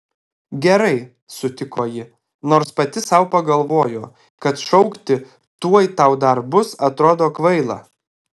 gerai sutiko ji nors pati sau pagalvojo kad šaukti tuoj tau dar bus atrodo kvaila